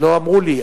לא אמרו לי.